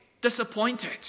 disappointed